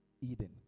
Eden